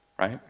right